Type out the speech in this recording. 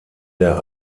der